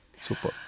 Super